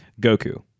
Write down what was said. Goku